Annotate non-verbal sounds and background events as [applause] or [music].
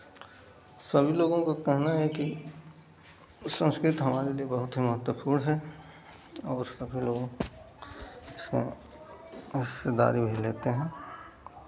सभी लोगों का कहना है कि संस्कृत हमारे लिए बहुत ही महत्वपूर्ण है और सभी लोग इसको [unintelligible] भी लेते हैं